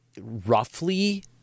roughly